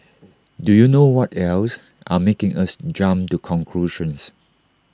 do you know what else are making us jump to conclusions